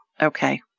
Okay